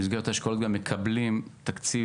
במסגרת האשכולות גם מקבלים תקציב